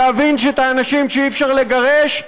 להבין שהאנשים שאי-אפשר לגרש,